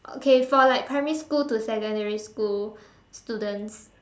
okay for like primary school to secondary school students